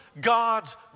God's